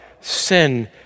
sin